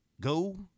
go